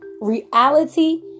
Reality